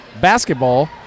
Basketball